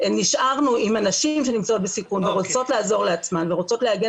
נשארנו עם הנשים שנמצאות בסיכון ורוצות לעזור לעצמן ורוצות להגן